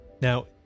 Now